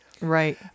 Right